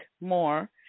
more